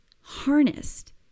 harnessed